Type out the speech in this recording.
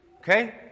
Okay